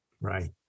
Right